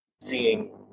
seeing